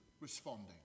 responding